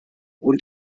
und